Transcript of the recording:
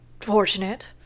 fortunate